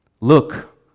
Look